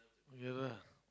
yeah lah